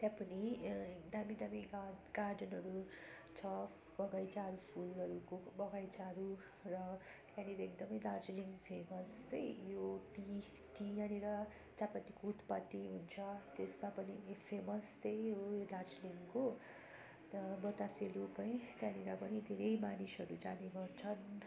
त्यहाँ पनि दामी दामी गा गार्डनहरू छ बगैँचाहरू फुलहरूको बगैँचाहरू र त्यहाँनेर एकदम दार्जिलिङ फेमस चाहिँ यो टी टी यहाँनेर चियापत्तीको उत्पत्ति हुन्छ त्यसमा पनि फेमस त्यही हो यहाँ दार्जिलिङको र बतासे लुप है त्यहाँनेर पनि धेरै मानिसहरू जाने गर्छन्